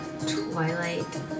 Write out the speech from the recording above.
Twilight